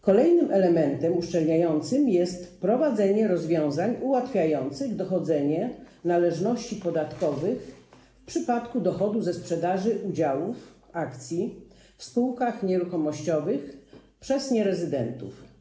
Kolejnym elementem uszczelniającym jest wprowadzenie rozwiązań ułatwiających dochodzenie należności podatkowych w przypadku dochodu ze sprzedaży udziałów akcji w spółkach nieruchomościowych przez nierezydentów.